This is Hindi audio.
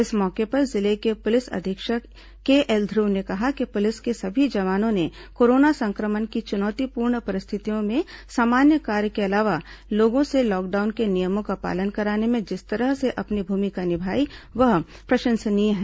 इस मौके पर जिले के पुलिस अधीक्षक केएल ध्रव ने कहा कि पुलिस के सभी जवानों ने कोरोना संक्रमण की चुनौतीपूर्ण परिश्थितियों में सामान्य कार्यों के अलावा लोगों से लॉकडाउन के नियमों का पालन कराने में जिस तरह से अपनी भूमिका निभाई वह प्रशंसनीय है